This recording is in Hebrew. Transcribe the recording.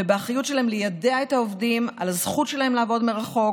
ובאחריותן ליידע את העובדים על הזכות שלהם לעבוד מרחוק,